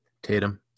Tatum